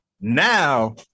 Now